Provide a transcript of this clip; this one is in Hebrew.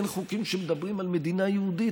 אין חוקים שמדברים על מדינה יהודית,